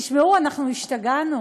תשמעו, אנחנו השתגענו,